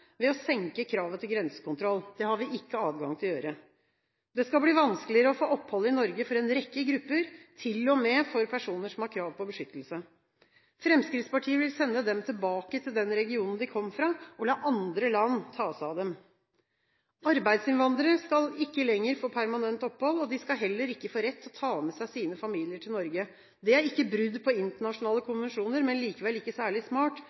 ved å senke kravet til grensekontroll. Det har vi ikke adgang til å gjøre. Det skal bli vanskeligere å få opphold i Norge for en rekke grupper, til og med for personer som har krav på beskyttelse. Fremskrittspartiet vil sende dem tilbake til den regionen de kom fra, og la andre land ta seg av dem. Arbeidsinnvandrere skal ikke lenger få permanent opphold. De skal heller ikke få rett til å ta med seg sine familier til Norge. Det er ikke brudd på internasjonale konvensjoner, men likevel ikke særlig smart,